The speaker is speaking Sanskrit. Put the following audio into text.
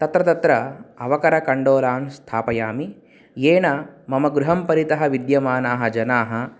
तत्र तत्र अवकरकण्डोलान् स्थापयामि येन मम गृहं परितः विद्यमानाः जनाः